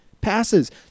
passes